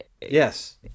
Yes